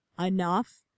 enough